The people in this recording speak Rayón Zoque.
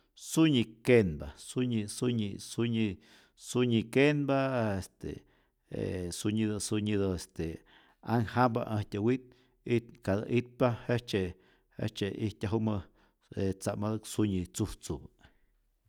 Sunyi kenpa, sunyi sunyi sunyi sunyi kenpa, a este e sunyitä sunyitä este anhjampä äjtyä wit it katä itpa jejtzye jejtzye ijtyajumä je tzä'mätäk sunyi tzujtzupä.